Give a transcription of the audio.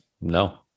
No